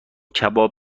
کباب